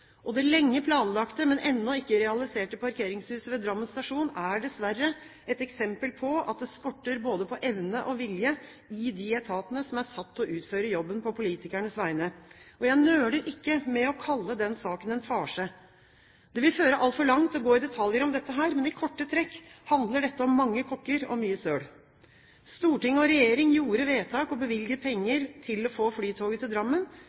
Det lenge planlagte, men ennå ikke realiserte parkeringshuset ved Drammen stasjon er dessverre et eksempel på at det skorter både på evne og vilje i de etatene som er satt til å utføre jobben på politikernes vegne. Jeg nøler ikke med å kalle den saken for en farse. Det vil føre altfor langt å gå i detaljer om dette her, men i korte trekk handler dette om mange kokker og mye søl. Storting og regjering gjorde vedtak og bevilget penger for å få flytoget til Drammen.